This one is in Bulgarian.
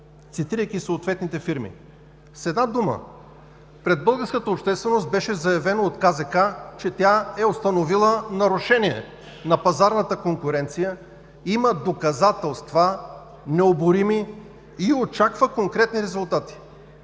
цитирайки съответните фирми. С една дума – пред българската общественост беше заявено от КЗК, че тя е установила нарушения на пазарната конкуренция, има доказателства необорими и очаква конкретни резултати.